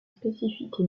spécificités